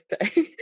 birthday